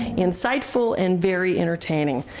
insightful and very entertaining.